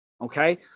Okay